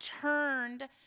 turned